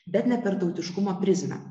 bet ne per tautiškumo prizmę